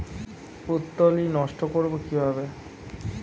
পুত্তলি নষ্ট করব কিভাবে?